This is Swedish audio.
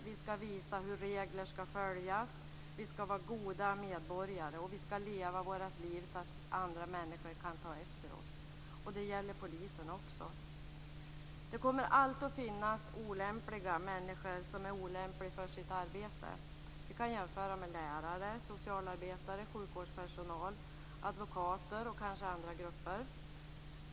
Vi skall visa att regler skall följas. Vi skall vara goda medborgare, och vi skall leva våra liv så att andra människor kan ta efter oss. Det gäller också poliserna. Det kommer alltid att finnas människor som är olämpliga för sitt arbete. Vi kan jämföra med lärare, socialarbetare, sjukvårdspersonal, advokater och kanske andra grupper.